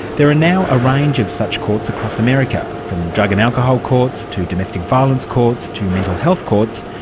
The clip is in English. there are now a range of such courts across america, from drug and alcohol courts, to domestic violence courts, to mental health courts,